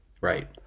right